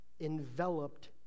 enveloped